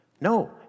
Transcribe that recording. No